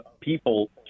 people